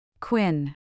Quinn